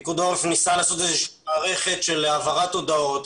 פיקוד העורף ניסה לעשות מערכת של העברת הודעות.